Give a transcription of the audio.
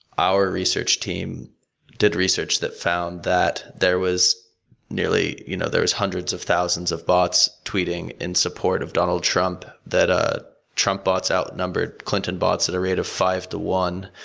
our research team did a research that found that there was nearly you know there's hundreds of thousands of bots twitting in support of donald trump that ah trump bots outnumbered clinton bots at a rate of five to one,